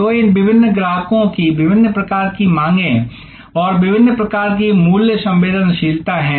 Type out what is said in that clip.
तो इन विभिन्न ग्राहकों की विभिन्न प्रकार की मांगें और विभिन्न प्रकार की मूल्य संवेदनशीलता हैं